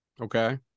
Okay